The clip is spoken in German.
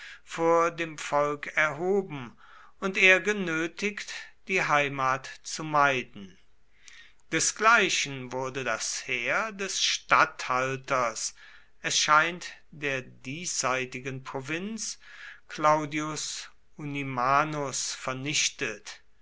vor dem volk erhoben und er genötigt die heimat zu meiden desgleichen wurde das heer des statthalters es scheint der diesseitigen provinz claudius unimanus vernichtet